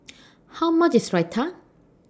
How much IS Raita